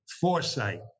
foresight